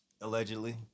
allegedly